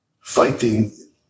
fighting